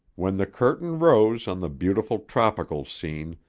when the curtain rose on the beautiful tropical scene,